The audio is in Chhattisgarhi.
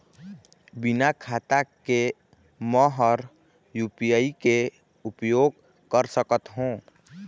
बिना खाता के म हर यू.पी.आई के उपयोग कर सकत हो?